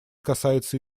касается